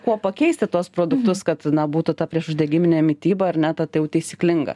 kuo pakeisti tuos produktus kad na būtų ta priešuždegiminė mityba ar ne ta jau taisyklinga